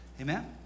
Amen